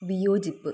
വിയോജിപ്പ്